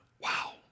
Wow